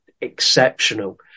exceptional